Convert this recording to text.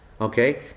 Okay